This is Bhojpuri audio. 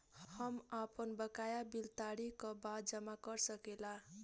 हम आपन बकाया बिल तारीख क बाद जमा कर सकेला?